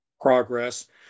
progress